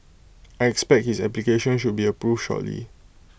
I expect his application should be approved shortly